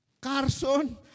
Carson